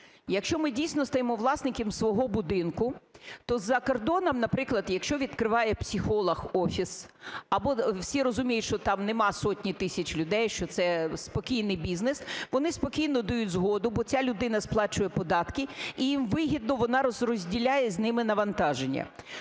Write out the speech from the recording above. Якщо ми дійсно стаємо власниками свого будинку, то за кордоном, наприклад, якщо відкриває психолог офіс або всі розуміють, що там нема сотні тисяч людей, що це спокійний бізнес, вони спокійно дають згоду, бо ця людина сплачує податки і їм вигідно, вона розділяє з ними навантаження.